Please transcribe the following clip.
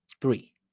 three